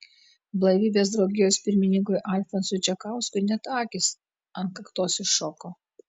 blaivybės draugijos pirmininkui alfonsui čekauskui net akys ant kaktos iššoko